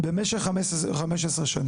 במשך 15 שנים.